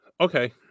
Okay